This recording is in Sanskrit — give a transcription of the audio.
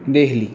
देह्ली